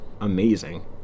amazing